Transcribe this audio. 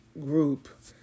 group